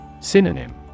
Synonym